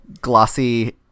glossy